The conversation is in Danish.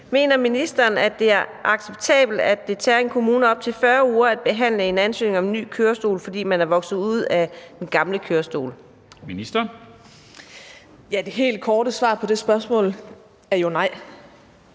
Mener ministeren, at det er acceptabelt, at det tager en kommune op til 40 uger at behandle en ansøgning om en ny kørestol, fordi man er vokset ud af sin gamle kørestol? Kl. 13:14 Formanden (Henrik